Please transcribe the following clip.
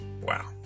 Wow